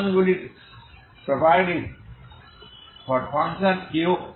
সমাধানগুলির properties uxt